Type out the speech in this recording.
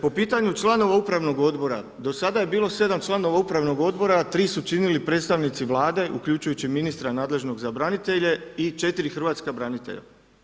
Po pitanju članova upravnog odbora, do sada je bilo 7 članova upravnog odbora a 3 su činili predstavnici Vlade uključujući ministra nadležnog za branitelje i 4 hrvatska branitelja.